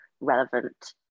relevant